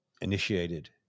initiated